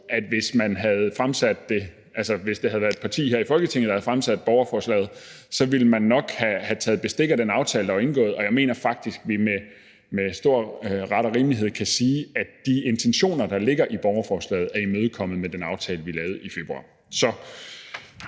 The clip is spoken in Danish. jeg vil omvendt også tro, at hvis det havde været et parti her i Folketinget, der havde fremsat forslaget, så ville man nok have taget bestik af den aftale, der var indgået. Jeg mener faktisk, at vi med stor ret og rimelighed kan sige, at de intentioner, der ligger i borgerforslaget, er imødekommet med den aftale, som vi lavede i februar.